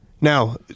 Now